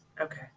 Okay